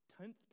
tenth